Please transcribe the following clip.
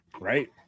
right